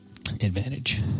Advantage